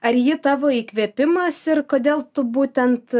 ar ji tavo įkvėpimas ir kodėl tu būtent